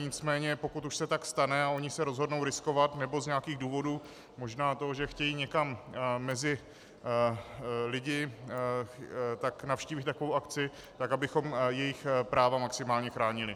Nicméně pokud už se tak stane a oni se rozhodnou riskovat nebo z nějakých důvodů, možná toho, že chtějí někam mezi lidi, tak navštíví takovou akci, tak abychom jejich práva maximálně chránili.